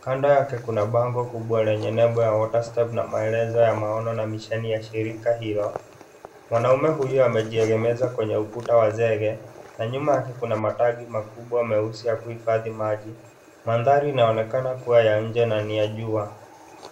Kando yake kuna bango kubwa lenye nembo ya water step na maelezo ya maono na mishani ya shirika hilo. Mwanamume huyo amejiegemeza kwenye ukuta wa zege na nyuma yake kuna matanki makubwa meusi ya kuhifadhi maji. Mandhari inaonekana kuwa ni ya nje na ni ya jua.